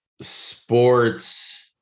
sports